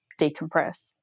decompress